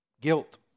Guilt